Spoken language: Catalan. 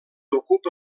ocupa